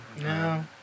No